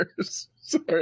Sorry